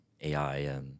AI